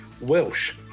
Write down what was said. Welsh